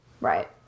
Right